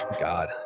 God